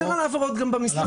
העברות.